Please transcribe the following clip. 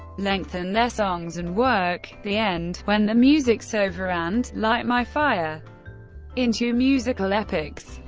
lengthen their songs and work the end, when the music's over and light my fire into musical epics.